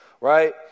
right